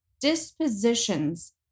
Dispositions